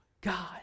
God